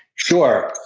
sure,